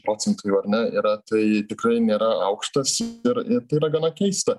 procentų jau ar ne yra tai tikrai nėra aukštas ir tai yra gana keista